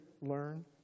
learn